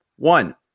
One